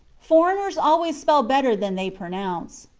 foreigners always spell better than they pronounce.